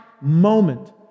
moment